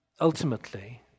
Ultimately